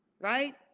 right